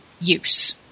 use